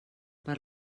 per